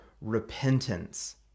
repentance